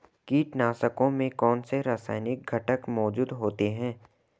कीटनाशकों में कौनसे रासायनिक घटक मौजूद होते हैं?